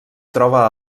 troba